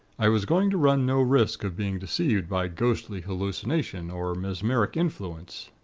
i was going to run no risk of being deceived by ghostly hallucination, or mesmeric influence.